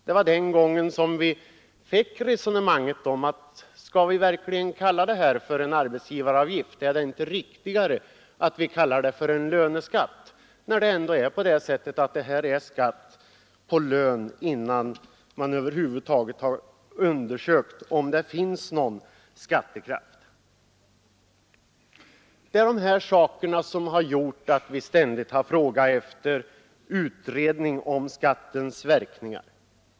Det var den gången som resonemanget uppstod om huruvida vi skulle kalla detta för en arbetsgivaravgift; vore det inte riktigare att kalla den för en löneskatt, när det ändå gäller skatt på lön innan man över huvud taget har undersökt om det finns någon skattekraft. Dessa saker har gjort att vi ständigt frågat efter utredning om skattens verkningar.